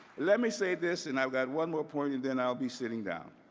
let me say this, and i've got one more point and then i'll be sitting down.